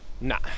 Nah